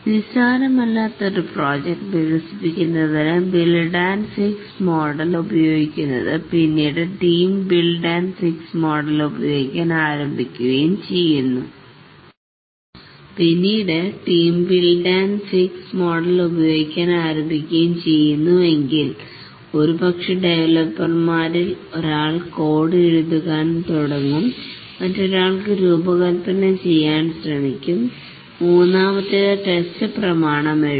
നിസ്സാരമല്ലാത്ത ഒരു പ്രോജക്ട് വികസിപ്പിക്കുന്നതിന് build and fix model ഉപയോഗിക്കുന്നത് പിന്നീട് team build and fix model ഉപയോഗിക്കാൻ ആരംഭിക്കുകയും ചെയ്യുന്നു എങ്കിൽ ഒരുപക്ഷേ ഡെവലപ്പർ മാരിൽ ഒരാൾ കോഡ് എഴുതാൻ തുടങ്ങും മറ്റൊരാൾ രൂപകൽപ്പന ചെയ്യാൻ ശ്രമിക്കും മൂന്നാമത്തേത് ടെസ്റ്റ് പ്രമാണം എഴുതും